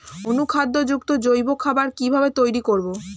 অনুখাদ্য যুক্ত জৈব খাবার কিভাবে তৈরি করব?